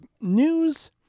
news